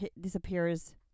disappears